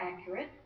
accurate